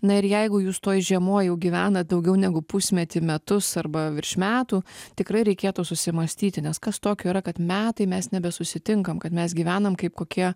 na ir jeigu jūs toj žiemoj jau gyvenat daugiau negu pusmetį metus arba virš metų tikrai reikėtų susimąstyti nes kas tokio yra kad metai mes nebesusitinkam kad mes gyvenam kaip kokie